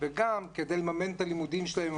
וגם כדי לממן את הלימודים שלהם.